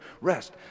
rest